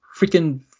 freaking